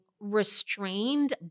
restrained